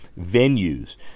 venues